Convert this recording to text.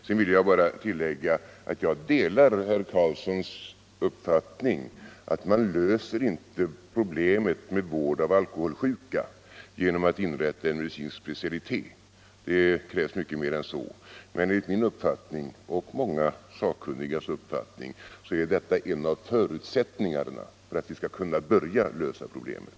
Jag vill bara tillägga att jag delar herr Karlssons i Huskvarna uppfattning att man inte löser problemet med vård av alkoholsjuka genom att inrätta en medicinsk specialitet. Det krävs mycket mer än så. Men enligt min och många sakkunnigas uppfattning är detta en av förutsättningarna för att vi skall kunna börja lösa problemet.